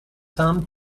some